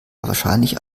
wahrscheinlich